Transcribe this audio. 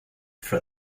for